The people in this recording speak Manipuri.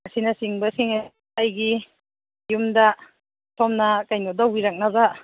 ꯑꯁꯤꯅꯆꯤꯡꯕꯁꯤꯡ ꯑꯩꯒꯤ ꯌꯨꯝꯗ ꯁꯣꯝꯅ ꯀꯩꯅꯣ ꯇꯧꯕꯤꯔꯛꯅꯕ